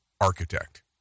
architect